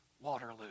Waterloo